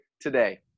Today